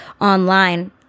online